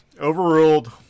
overruled